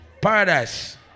Paradise